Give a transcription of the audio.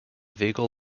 vehicle